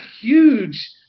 huge